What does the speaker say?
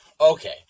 Okay